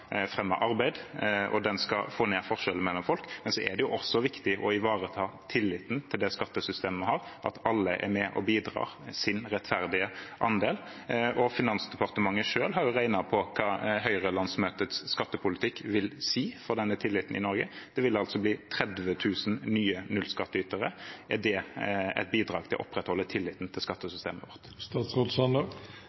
arbeid, og den skal få ned forskjellene mellom folk. Så er det også viktig å ivareta tilliten til det skattesystemet vi har, at alle er med og bidrar med sin rettferdige andel. Finansdepartementet har jo selv regnet på hva Høyre-landsmøtets skattepolitikk vil si for denne tilliten i Norge: Det vil altså bli 30 000 nye nullskatteytere. Er det et bidrag til å opprettholde tilliten til